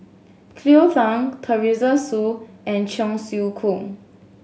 Cleo Thang Teresa Hsu and Cheong Siew Keong